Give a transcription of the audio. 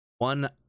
One